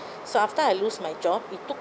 so after I lose my job it took